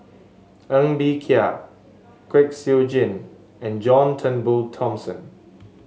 Ng Bee Kia Kwek Siew Jin and John Turnbull Thomson